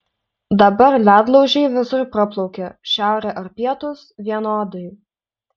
dabar ledlaužiai visur praplaukia šiaurė ar pietūs vienodai